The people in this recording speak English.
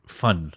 fun